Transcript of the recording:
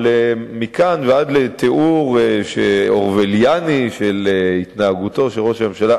אבל מכאן ועד לתיאור אורווליאני של התנהגותו של ראש הממשלה,